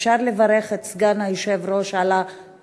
אפשר לברך את סגן היושב-ראש על הפעם